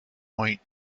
point